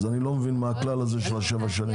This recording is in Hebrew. אז אני לא מבין מה הכלל הזה של השבע שנים.